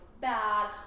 bad